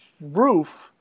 roof